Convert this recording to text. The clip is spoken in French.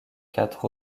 quatre